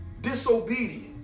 Disobedience